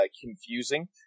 confusing